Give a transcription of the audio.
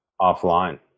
offline